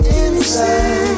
inside